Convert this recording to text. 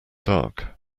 dark